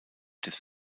des